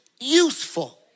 useful